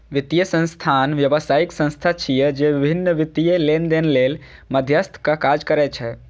वित्तीय संस्थान व्यावसायिक संस्था छिय, जे विभिन्न वित्तीय लेनदेन लेल मध्यस्थक काज करै छै